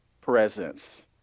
Presence